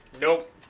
Nope